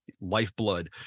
lifeblood